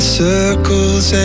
circles